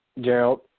Gerald